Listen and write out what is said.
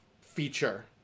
feature